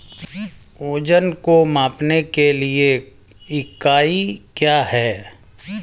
वजन को मापने के लिए इकाई क्या है?